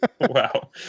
Wow